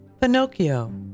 pinocchio